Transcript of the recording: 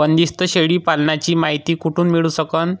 बंदीस्त शेळी पालनाची मायती कुठून मिळू सकन?